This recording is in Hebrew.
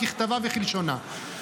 ככתבה וכלשונה.